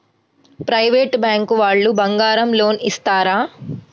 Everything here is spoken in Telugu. ప్రైవేట్ బ్యాంకు వాళ్ళు బంగారం లోన్ ఇస్తారా?